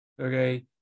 okay